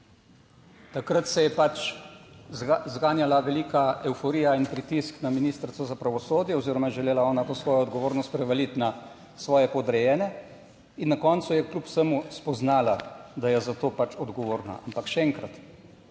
Takrat se je pač zganjala velika evforija in pritisk na Ministrstvo za pravosodje oziroma je želela ona to svojo odgovornost prevaliti na svoje podrejene in na koncu je kljub vsemu spoznala, da je za to pač odgovorna. Ampak še enkrat,